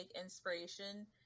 inspiration